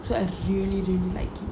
so and you really really like